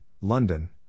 London